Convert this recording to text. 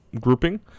grouping